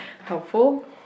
Helpful